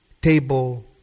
table